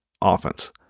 offense